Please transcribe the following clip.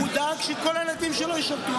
הוא דאג שכל הילדים שלו ישרתו.